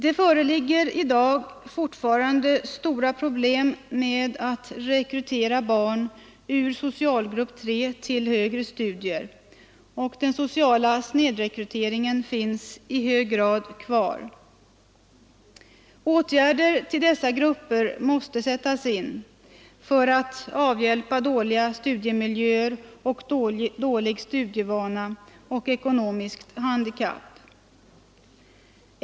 Det föreligger i dag fortfarande stora problem med att rekrytera barn ur socialgrupp 3 till högre studier, och den sociala snedrekryteringen finns i hög grad kvar. Åtgärder till dessa grupper måste sättas in för att avhjälpa dåliga studiemiljöer, dålig studievana och ekonomiskt handikapp.